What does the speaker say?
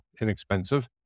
inexpensive